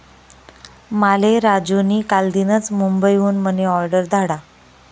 माले राजू नी कालदीनच मुंबई हुन मनी ऑर्डर धाडा